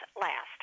last